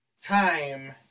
time